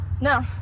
No